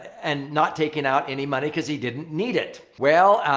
and not taking out any money because he didn't need it. well,